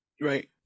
Right